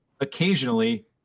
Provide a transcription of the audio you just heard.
occasionally